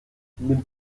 nimmt